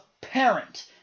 parent